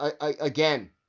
again